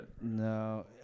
No